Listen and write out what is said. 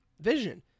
vision